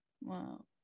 Wow